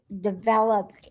developed